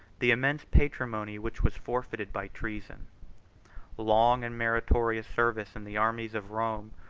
the immense patrimony which was forfeited by treason long and meritorious service, in the armies of rome,